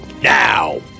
Now